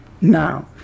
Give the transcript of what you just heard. now